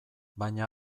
baina